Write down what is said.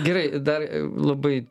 gerai dar labai